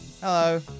Hello